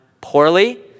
poorly